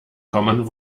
commen